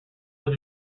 was